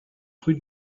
rue